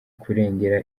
kurengera